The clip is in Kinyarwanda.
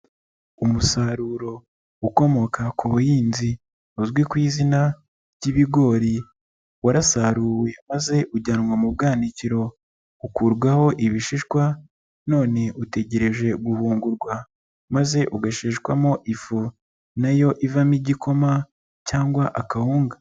Umusaruro ukomoka ku buhinzi uzwi ku izina ry'ibigori warasaruwe maze ujyanwa mu bwanakiro, ukurwaho ibishishwa, none utegereje guhungurwa maze ugasheshwamo ifu na yo ivamo igikoma cyangwa akawunga.